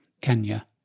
Kenya